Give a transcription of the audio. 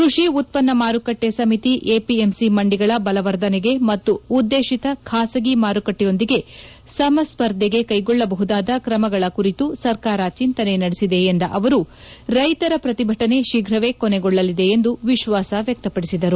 ಕೃಷಿ ಉತ್ಪನ್ನ ಮಾರುಕಟ್ಟೆ ಸಮಿತಿ ಎಪಿಎಂಸಿ ಮಂಡಿಗಳ ಬಲವರ್ಧನೆಗೆ ಮತ್ತು ಉದ್ದೇಶಿತ ಖಾಸಗಿ ಮಾರುಕಟ್ಟೆಯೊಂದಿಗೆ ಸಮಸ್ವರ್ಧೆಗೆ ಕೈಗೊಳ್ಳಬಹುದಾದ ಕ್ರಮಗಳ ಕುರಿತು ಸರ್ಕಾರ ಚಿಂತನೆ ನಡೆಸಿದೆ ಎಂದ ಅವರು ರೈತರ ಪ್ರತಿಭಟನೆ ಶೀಫ್ರವೇ ಕೊನೆಗೊಳ್ಳಲಿದೆ ಎಂದು ವಿಶ್ವಾಸ ವ್ಯಕ್ತಪಡಿಸಿದರು